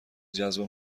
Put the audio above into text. جذب